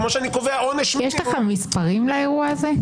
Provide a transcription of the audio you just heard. כמו שאני קובע עונש מינימום --- יש לך מספרים לאירוע הזה?